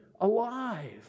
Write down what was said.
alive